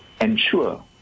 ensure